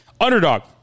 Underdog